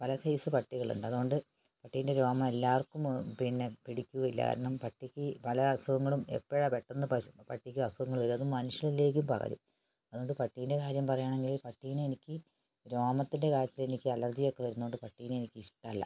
പല സൈസ് പട്ടികളുണ്ട് അതുകൊണ്ട് പട്ടീൻ്റെ രോമം എല്ലാവർക്കും പിന്നെ പിടിക്കുകയില്ല കാരണം പട്ടിക്ക് പല അസുഖങ്ങളും എപ്പഴാ പെട്ടന്ന് പശു പട്ടിക്ക് അസുഖങ്ങള് വരും അത് മനുഷ്യനിലേക്കും പകരും അതുകൊണ്ടു പട്ടീൻ്റെ കാര്യം പറയുകയാണെങ്കില് പട്ടീനെ എനിക്ക് രോമത്തിൻ്റെ കാര്യത്തിലെനിക്കു അലർജിയൊക്കെ വരുന്നകൊണ്ട് പട്ടീനെ എനിക്ക് ഇഷ്ടമല്ല